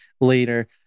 later